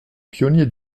pionniers